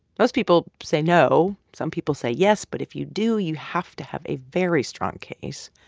most people say no. some people say yes, but if you do, you have to have a very strong case.